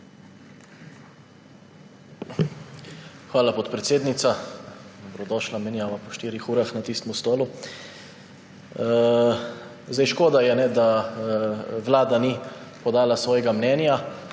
Hvala, podpredsednica. Dobrodošla menjava po štirih urah na tistem stolu. Škoda je, da Vlada ni podala svojega mnenja.